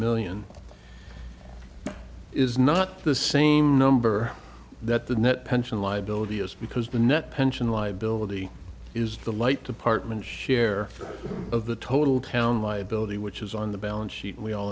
million is not the same number that the net pension liability is because the net pension liability is the light department share of the total town liability which is on the balance sheet and we all